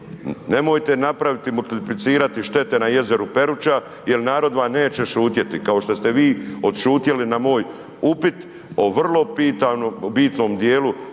Nemojte napraviti, multiplicirati štete na jezeru Peruća jer narod vam neće šutjeti, kao što ste vi odšutjeli na moj upit o vrlo bitnom dijelu.